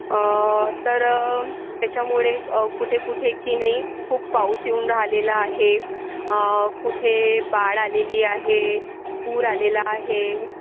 तर त्याच्यामुळे कुठे कुठे की नाही खूप पाऊस येऊन राहिलेला आहे कुठे बाढ आलेली आहे पूर आलेला आहे